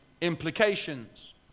implications